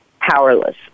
powerless